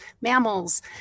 mammals